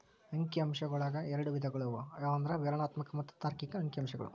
ಅಂಕಿ ಅಂಶಗಳೊಳಗ ಎರಡ್ ವಿಧಗಳು ಅವು ಯಾವಂದ್ರ ವಿವರಣಾತ್ಮಕ ಮತ್ತ ತಾರ್ಕಿಕ ಅಂಕಿಅಂಶಗಳು